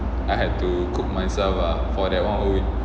I had to cook myself lah for that one whole week